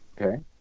Okay